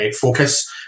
focus